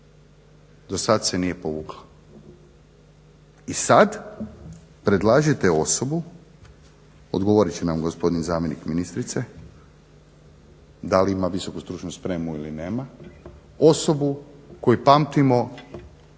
Do sada se nije povukla. I sada predlažete osobu, odgovoriti će nam gospodin zamjenik ministrice da li ima visoku stručnu spremu ili nema, osobu koju pamtimo